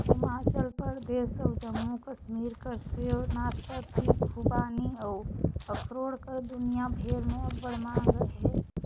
हिमाचल परदेस अउ जम्मू कस्मीर कर सेव, नासपाती, खूबानी अउ अखरोट कर दुनियां भेर में अब्बड़ मांग अहे